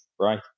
right